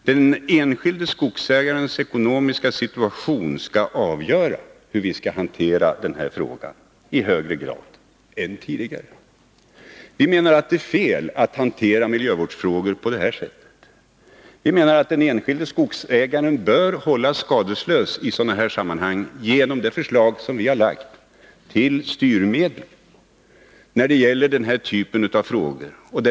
Den enskilde skogsägarens ekonomiska situation skall i högre grad än tidigare få avgöra hur vi skall hantera denna fråga. Vi socialdemokrater anser att det är fel att hantera miljövårdsfrågor på detta sätt. Den enskilde skogsägaren bör hållas skadeslös i sådana här sammanhangi enlighet med det förslag som vi har framlagt om styrmedel när det gäller denna typ av frågor.